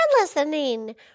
listening